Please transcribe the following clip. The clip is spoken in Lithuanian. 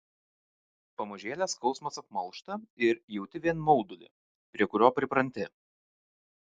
pamažėle skausmas apmalšta ir jauti vien maudulį prie kurio pripranti